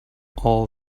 all